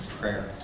prayer